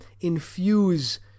infuse